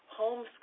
Homeschool